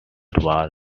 war